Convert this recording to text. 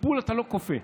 טיפול אתה לא כופה.